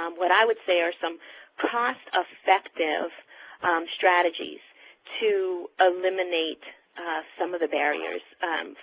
um what i would say are some cost effective strategies to eliminate some of the barriers